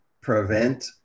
prevent